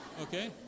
Okay